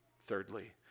thirdly